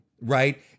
right